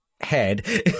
head